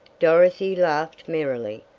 dorothy laughed merrily.